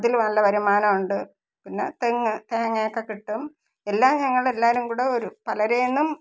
അതിൽ നല്ല വരുമാനം ഉണ്ട് പിന്നെ തെങ്ങ് തേങ്ങ ഒക്കെ കിട്ടും എല്ലാം ഞങ്ങളെല്ലാവരും കൂടെ ഒരു പലരിൽനിന്നും